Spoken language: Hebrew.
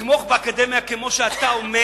לתמוך באקדמיה כמו שאתה אומר,